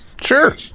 Sure